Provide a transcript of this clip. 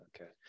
Okay